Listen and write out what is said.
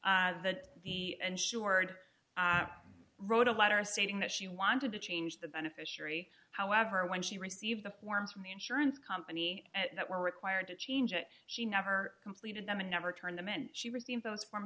saunders that the insured wrote a letter stating that she wanted to change the beneficiary however when she received the forms from the insurance company that were required to change it she never completed them and never turn them in she received those f